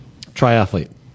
triathlete